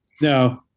No